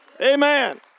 Amen